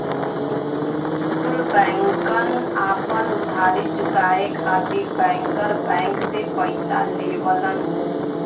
कुल बैंकन आपन उधारी चुकाये खातिर बैंकर बैंक से पइसा लेवलन